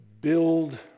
build